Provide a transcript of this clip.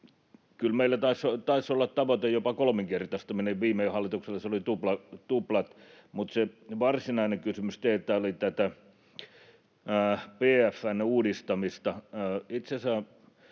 Kyllä meillä taisi olla tavoite jopa kolminkertaistuminen, ja viime hallituksella se oli tuplat. Mutta se varsinainen kysymys teiltä oli tästä BF:n uudistamisesta.